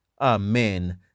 Amen